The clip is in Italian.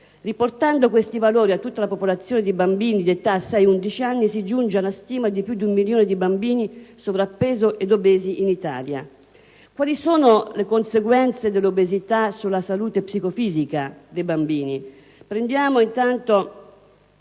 Riportando questi valori a tutta la popolazione di bambini di età sei-undici anni si giunge ad una stima di più di un milione di bambini sovrappeso od obesi in Italia. Analizziamo le conseguenze dell'obesità sulla salute psicofisica dei bambini.